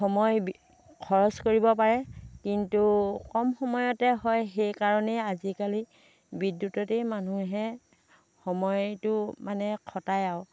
সময় বি খৰচ কৰিব পাৰে কিন্তু কম সময়তে হয় সেইকাৰণেই আজিকালি বিদ্যুততেই মানুহে সময়টো মানে খটায় আৰু